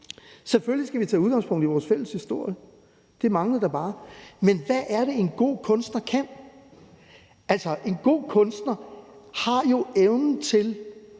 Selvfølgelig skal vi tage udgangspunkt i vores fælles historie; det manglede da bare. Men hvad er det, en god kunstner kan? Altså, en god kunstner har jo evnen til